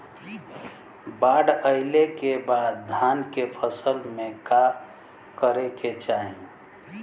बाढ़ आइले के बाद धान के फसल में का करे के चाही?